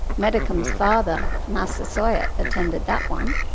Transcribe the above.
metacom's father, massasoit, attended that one,